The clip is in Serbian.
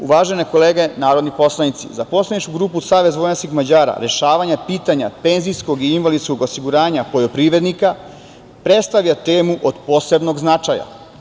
Uvažene kolege narodni poslanici, za poslaničku grupu SVM rešavanja pitanja penzijskog i invalidskog osiguranja poljoprivrednika predstavlja temu od posebnog značaja.